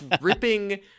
ripping